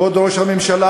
כבוד ראש הממשלה,